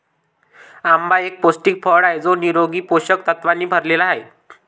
आंबा एक पौष्टिक फळ आहे जो निरोगी पोषक तत्वांनी भरलेला आहे